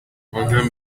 آنهم